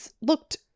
looked